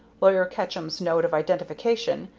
lawyer ketchum's note of identification,